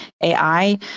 AI